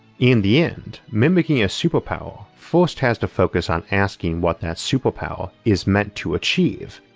in the end, mimicking a superpower first has to focus on asking what that superpower is meant to achieve,